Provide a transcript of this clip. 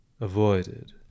avoided